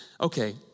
okay